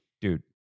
Dude